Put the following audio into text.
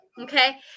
Okay